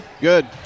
Good